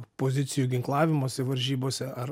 pozicijų ginklavimosi varžybose ar